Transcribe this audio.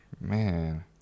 man